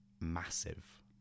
massive